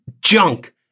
junk